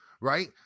right